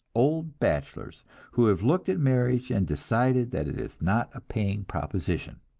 old bachelors who have looked at marriage and decided that it is not a paying proposition